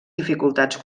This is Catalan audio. dificultats